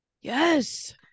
Yes